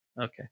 Okay